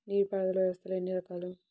నీటిపారుదల వ్యవస్థలు ఎన్ని రకాలు?